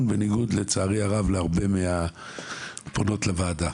בניגוד לצערי הרב להרבה מהפונות לוועדה.